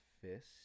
fist